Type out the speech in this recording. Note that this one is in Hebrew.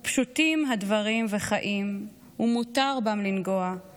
// ופשוטים הדברים וחיים / ומותר בם לנגוע /